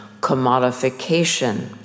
commodification